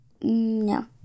No